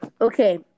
Okay